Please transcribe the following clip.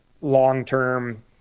long-term